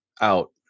out